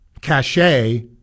cachet